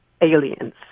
aliens